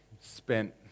spent